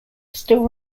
still